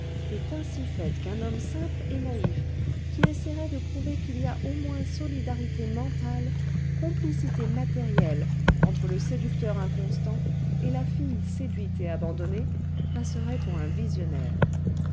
est ainsi faite qu'un homme simple et naïf qui essaierait de prouver qu'il y a au moins solidarité morale complicité matérielle entre le séducteur inconstant et la fille séduite et abandonnée passerait pour un visionnaire